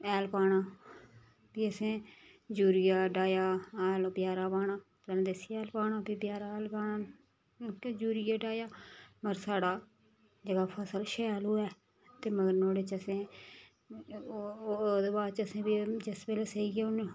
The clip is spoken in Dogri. हैल पाना फ्ही असें यूरिया डाया हैल बजारा पाना कन्नै देसी हैल पाना फ्ही बजारा हैल पाना यूरिया डाया होर साढ़ा जेह्का फसल शैल होऐ ते मगर नुआढ़े च असें ओह्दे बाद च फ्ही जिस बेल्लै असें इ'यै हून